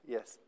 Yes